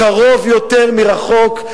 קרוב יותר מרחוק,